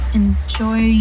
enjoy